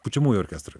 pučiamųjų orkestrui